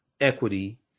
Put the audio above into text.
equity